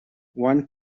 one